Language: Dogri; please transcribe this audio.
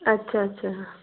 अच्छा अच्छा